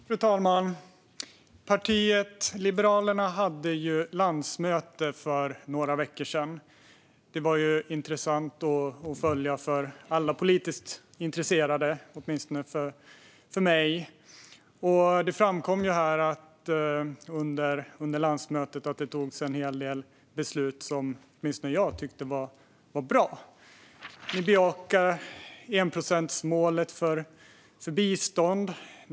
Fru talman! Partiet Liberalerna hade för några veckor sedan landsmöte. Det var intressant för alla politiskt intresserade att följa, åtminstone för mig. Det framkom här att det under landsmötet togs en hel del beslut som åtminstone jag tyckte var bra, Johan Pehrson. Ni bejakade enprocentsmålet för bistånd.